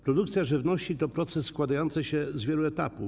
Produkcja żywności to proces składający się z wielu etapów.